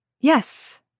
Yes